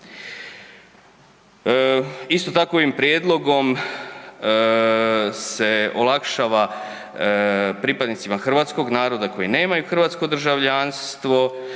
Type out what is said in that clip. Isto tako ovim prijedlogom se olakšava pripadnicima hrvatskog naroda koji nemaju hrvatsko državljanstvo